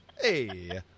Hey